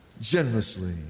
generously